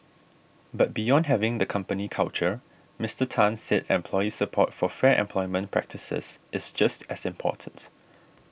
but beyond having the company culture Mister Tan said employee support for fair employment practices is just as important